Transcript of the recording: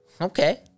Okay